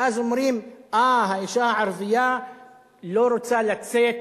ואז אומרים: אה, האשה הערבייה לא רוצה לצאת